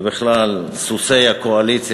ובכלל סוסי הקואליציה,